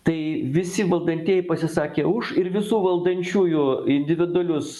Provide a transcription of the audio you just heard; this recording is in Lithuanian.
tai visi valdantieji pasisakė už ir visų valdančiųjų individualius